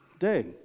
day